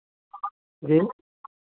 जी